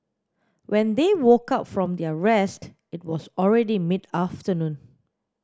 when they woke up from their rest it was already mid afternoon